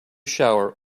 shower